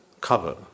cover